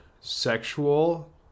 sexual